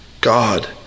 God